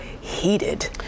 heated